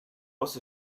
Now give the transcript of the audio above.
was